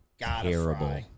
terrible